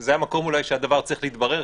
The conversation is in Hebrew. זה המקום אולי שהדבר צריך להתברר.